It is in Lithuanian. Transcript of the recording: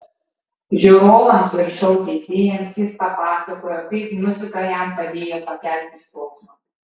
žiūrovams ir šou teisėjams jis papasakojo kaip muzika jam padėjo pakelti skausmą